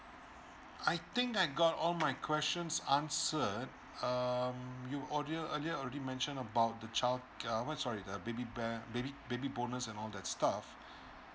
I think I got all my questions answered um you earlier already mentioned about the child ca~ what sorry the baby ba~ baby bonus and all that stuff